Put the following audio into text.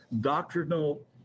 doctrinal